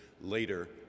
later